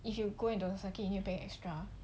if you go into the circuit you need to pay extra